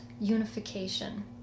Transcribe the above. unification